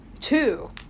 two